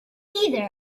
either